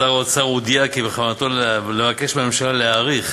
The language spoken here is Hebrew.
שר האוצר הודיע כי בכוונתו לבקש מהממשלה להאריך